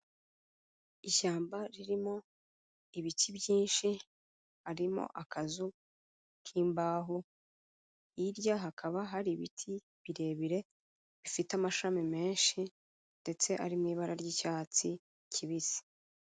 Ishyamba ririmo ibiti byinshi harimo akazu k'imbaho, hirya hakaba hari ibiti birebire bifite amashami menshi ndetse ari mu ibara ry'icyatsi kibisi.